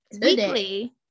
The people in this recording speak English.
weekly